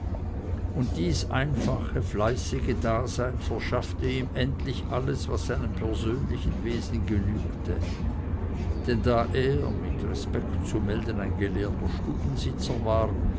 und dieses einfach fleißige dasein verschaffte ihm endlich alles was seinem persönlichen wesen genügte denn da er mit respekt zu melden ein gelehrter stubensitzer war